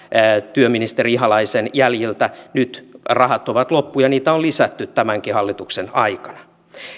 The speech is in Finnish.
työministeri ihalaisen jäljiltä nyt rahat ovat loppu ja niitä on lisätty tämänkin hallituksen aikana